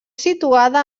situada